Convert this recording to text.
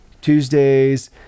Tuesdays